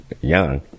young